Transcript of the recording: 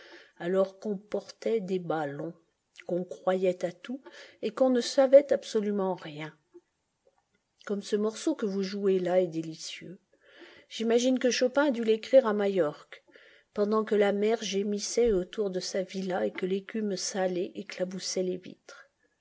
alors qu'on portait des bas longs qu'on croyait à tout et qu'on ne savait absolument rien gomme ce morceau que vous jouez là est délicieux j'imagine que chopin a dû l'écrire à majorque pendant que la mer gémissait autour de sa villa et que l'écume salée éclaboussait les vitres